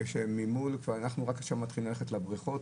כשממול אנחנו רק עכשיו מתחילים ללכת לבריכות,